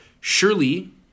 surely